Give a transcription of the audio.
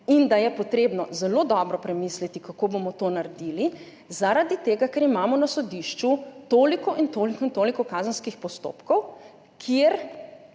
in da je potrebno zelo dobro premisliti, kako bomo to naredili, zaradi tega ker imamo na sodišču toliko in toliko in toliko kazenskih postopkov, kjer